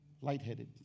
Lightheaded